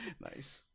nice